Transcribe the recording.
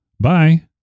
Bye